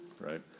right